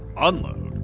unload!